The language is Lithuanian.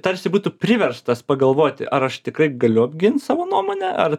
tarsi būtų priverstas pagalvoti ar aš tikrai galiu apgint savo nuomonę ar